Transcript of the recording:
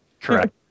Correct